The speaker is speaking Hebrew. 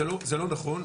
זה לא נכון,